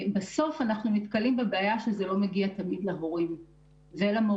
בסוף אנחנו נתקלים בבעיה שזה לא מגיע תמיד להורים ולמורים.